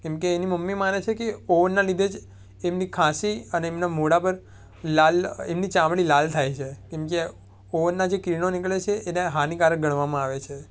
કેમ કે એની મમ્મી માને છે કે ઓવનના લીધે જ એમની ખાંસી અને એમના મોઢા પર લાલ એમની ચામડી લાલ થાય છે કેમ કે ઓવનના જે કિરણો નીકળે છે એને હાનિકારક ગણવામાં આવે છે